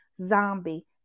zombie